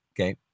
okay